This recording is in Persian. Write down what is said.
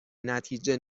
نتیجه